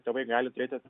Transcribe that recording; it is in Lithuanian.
tėvai gali turėti